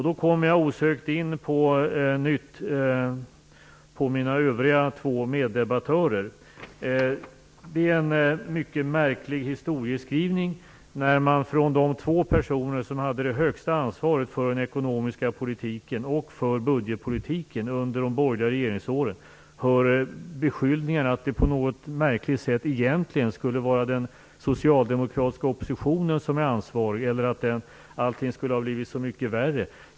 Då kommer jag på nytt osökt in på mina övriga två meddebattörer. Det är en mycket märklig historieskrivning när de två personer som hade det högsta ansvaret för den ekonomiska politiken och för budgetpolitiken under de borgerliga regeringsåren säger att det egentligen skulle vara den socialdemokratiska oppositionen som är ansvarig eller att allting skulle ha blivit så mycket värre.